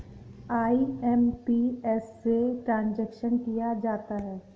IMPS से transaction किया जाता है